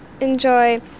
enjoy